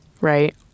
right